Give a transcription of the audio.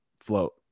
float